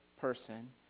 person